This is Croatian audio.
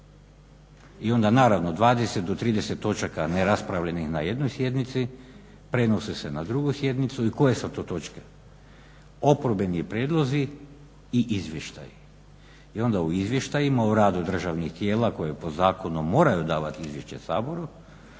I onda naravno 20 do 30 točaka neraspravljenih na jednoj sjednici prenose se na drugu sjednicu i koje su to točke? Oporbeni prijedlozi i izvještaji. I onda u izvještajima o radu državnih tijela koje po zakonu moraju davati izvješće Saboru